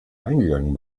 eingegangen